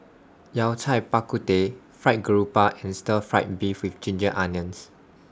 Yao Cai Bak Kut Teh Fried Garoupa and Stir Fried Beef with Ginger Onions